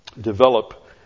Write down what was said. develop